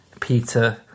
Peter